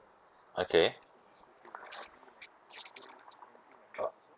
okay